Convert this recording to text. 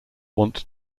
want